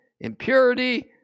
impurity